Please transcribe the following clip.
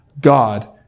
God